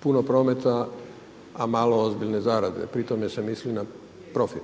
puno prometa a malo ozbiljne zarade, pri tome se misli na profit.